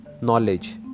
Knowledge